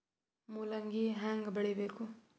ಮೂಲಂಗಿ ಹ್ಯಾಂಗ ಬೆಳಿಬೇಕು?